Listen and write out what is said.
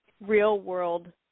real-world